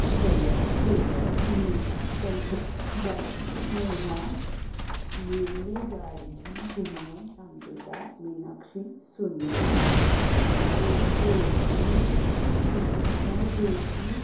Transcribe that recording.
Shreya Shreyas Meera Chandrika Balaji Neha Neli Gargi Suman Namdevra Meenakshi Sunita Jyoti Sunita Jyoti